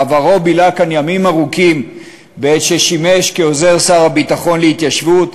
בעברו בילה כאן ימים ארוכים בעת ששימש כעוזר שר הביטחון להתיישבות,